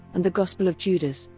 and the gospel of judas,